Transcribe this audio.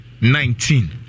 nineteen